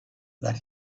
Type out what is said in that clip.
that